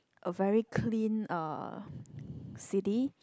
a very clean uh city